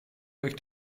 durch